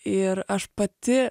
ir aš pati